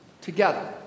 together